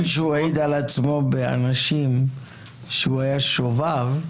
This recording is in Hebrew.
שהוא העיד על עצמו באנשים שהוא היה שובב,